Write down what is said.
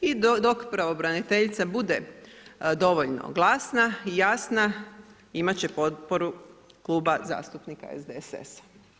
I dok pravobraniteljica bude dovoljno glasna i jasna, imat će potporu Kluba zastupnika SDSS-a.